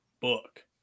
book